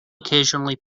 occasionally